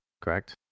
correct